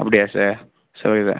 அப்படியா சார் சரி okay sir